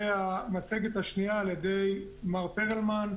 והמצגת השנייה על ידי מר פרלמן,